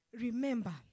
Remember